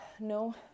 no